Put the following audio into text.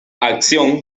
acción